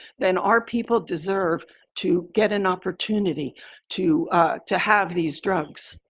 then our people deserve to get an opportunity to to have these drugs.